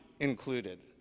included